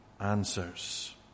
answers